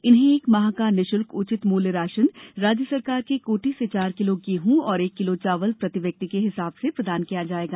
इन्हें एक माह का निशुल्क उचित मूल्य राशन राज्य सरकार के कोटे से चार किलो गेहूँ एवं एक किलो चावल प्रति व्यक्ति के हिसाब से प्रदान किया जाएगा